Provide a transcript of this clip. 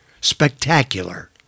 Spectacular